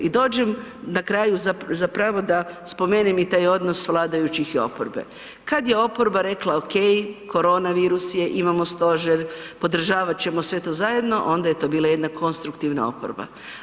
I dođem na kraju zapravo da spomenem i taj odnos vladajućih i oporbe, kada je oporba rekla ok, korona virus je imamo stožer podržavat ćemo sve to zajedno onda je to bila jedna konstruktivna oporba.